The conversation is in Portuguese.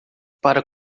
para